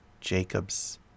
Jacobs